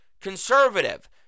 conservative